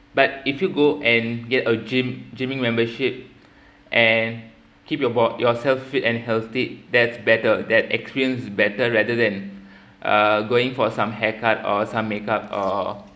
but if you go and get a gym gyming membership and keep your bod~ yourself fit and healthy that's better that experience is better rather than uh going for some haircut or some makeup or